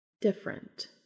Different